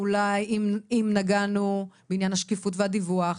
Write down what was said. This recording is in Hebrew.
אולי אם נגענו בעניין השקיפות והדיווח,